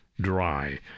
dry